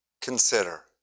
consider